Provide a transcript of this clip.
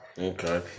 Okay